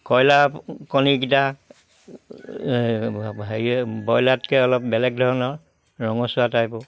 কইলাৰ কণীকিটা হেৰি ব্ৰইলাৰতকে অলপ বেলেগ ধৰণৰ ৰঙচুৱা টাইপৰ